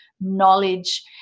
knowledge